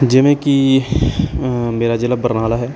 ਜਿਵੇਂ ਕਿ ਮੇਰਾ ਜ਼ਿਲ੍ਹਾ ਬਰਨਾਲਾ ਹੈ